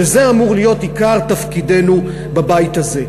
שזה אמור להיות עיקר תפקידנו בבית הזה.